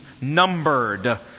numbered